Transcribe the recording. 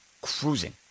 cruising